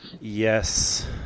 Yes